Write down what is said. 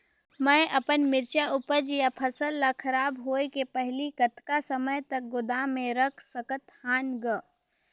मैं अपन मिरचा ऊपज या फसल ला खराब होय के पहेली कतका समय तक गोदाम म रख सकथ हान ग?